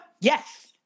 yes